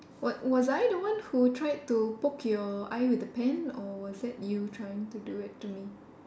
wa~ was I the one who tried to poke your eye with a pen or was that you trying to do it to me